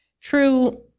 true